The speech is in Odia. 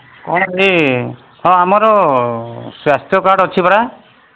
କ'ଣ କି ହଁ ଆମର ସ୍ୱାସ୍ଥ୍ୟ କାର୍ଡ୍ ଅଛି ପରା